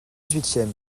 huitième